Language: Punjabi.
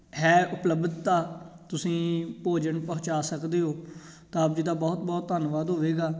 ਹੈ ਉਪਲਬਧਤਾ ਤੁਸੀਂ ਭੋਜਨ ਪਹੁੰਚਾ ਸਕਦੇ ਹੋ ਤਾਂ ਆਪ ਜੀ ਦਾ ਬਹੁਤ ਬਹੁਤ ਧੰਨਵਾਦ ਹੋਵੇਗਾ